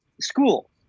school